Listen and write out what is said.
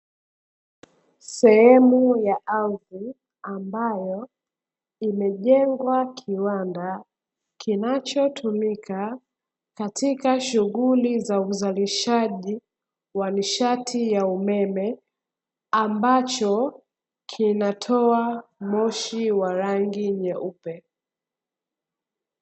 Sehemu ya ardhi, ambayo imejengwa kiwanda kinachotumika katika shughuli za uzalishaji wa nishati ya umeme, ambacho kinatoa moshi wa rangi nyeupe.